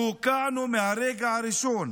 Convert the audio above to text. אנחנו, שהוקענו מהרגע הראשון,